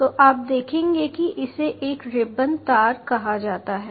तो आप देखेंगे कि इसे एक रिबन तार कहा जाता है